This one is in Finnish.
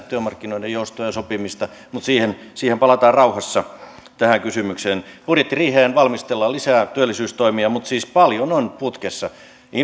työmarkkinoiden joustoa ja sopimista mutta tähän kysymykseen palataan rauhassa budjettiriiheen valmistellaan lisää työllisyystoimia mutta siis paljon on putkessa